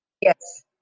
Yes